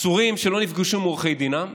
עצורים שלא נפגשו עם עורכי דינם,